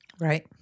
Right